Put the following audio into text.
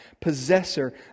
possessor